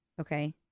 okay